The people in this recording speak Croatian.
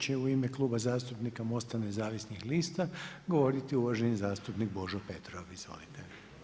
Sljedeći će u ime Kluba zastupnika MOST-a nezavisnih lista govoriti uvaženi zastupnik Božo Petrov, izvolite.